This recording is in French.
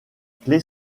clé